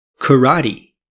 karate